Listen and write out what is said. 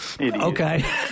Okay